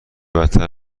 بدتر